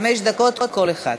חמש דקות כל אחד.